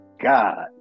God